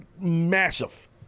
massive